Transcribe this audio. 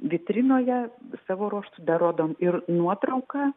vitrinoje savo ruožtu dar rodom ir nuotrauką